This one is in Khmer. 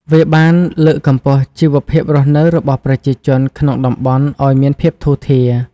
វាបានលើកកម្ពស់ជីវភាពរស់នៅរបស់ប្រជាជនក្នុងតំបន់ឱ្យមានភាពធូរធារ។